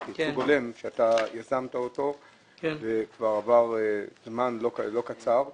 לייצוג הולם שאתה יזמת אותו ועבר זמן לא קצר מאז.